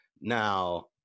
now